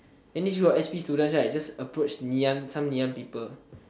then this group of s_p students right just approach Ngee-Ann some Ngee-Ann people